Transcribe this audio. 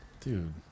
Dude